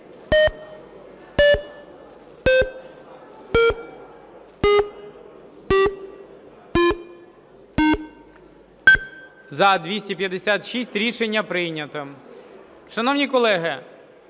За-308 Рішення прийнято. Шановні колеги,